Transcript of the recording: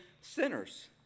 sinners